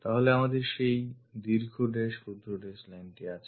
তাহলে আমাদের সেই দীর্ঘ dash ক্ষুদ্র dash lineটি আছে